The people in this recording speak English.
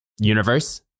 universe